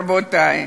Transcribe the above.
רבותי,